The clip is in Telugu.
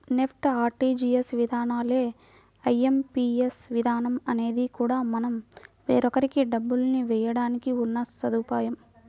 నెఫ్ట్, ఆర్టీజీయస్ విధానాల్లానే ఐ.ఎం.పీ.ఎస్ విధానం అనేది కూడా మనం వేరొకరికి డబ్బులు వేయడానికి ఉన్న సదుపాయం